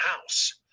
house